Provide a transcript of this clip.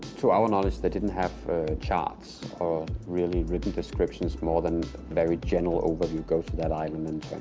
to our knowledge, they didn't have charts or really written descriptions more than very general overview. go to that island and